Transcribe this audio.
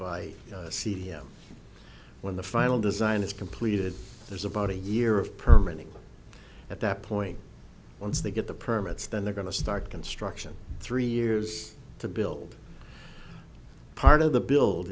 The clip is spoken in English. by see him when the final design is completed there's about a year of permanent at that point once they get the permits then they're going to start construction three years to build part of the build